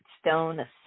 stone